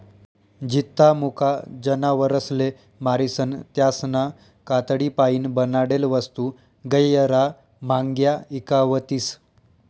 जित्ता मुका जनावरसले मारीसन त्यासना कातडीपाईन बनाडेल वस्तू गैयरा म्हांग्या ईकावतीस